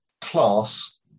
class